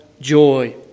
joy